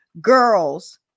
girls